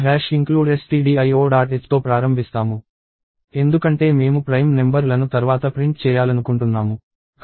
h తో ప్రారంభిస్తాము ఎందుకంటే మేము ప్రైమ్ నెంబర్ లను తర్వాత ప్రింట్ చేయాలనుకుంటున్నాము కాబట్టి